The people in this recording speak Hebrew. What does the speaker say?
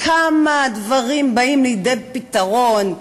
כמה הדברים באים לידי פתרון,